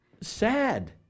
sad